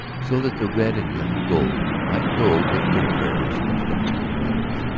so that the red and yellow gold might go with their prayers into the molten metals,